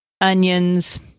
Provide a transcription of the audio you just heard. onions